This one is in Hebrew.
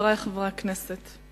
חברי חברי הכנסת,